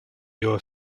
your